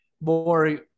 more